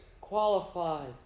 qualified